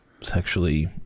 sexually